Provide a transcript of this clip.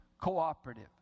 cooperative